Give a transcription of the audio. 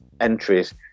entries